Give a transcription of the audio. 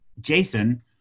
Jason